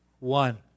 One